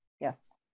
Yes